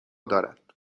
دارد